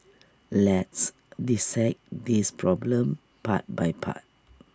let's dissect this problem part by part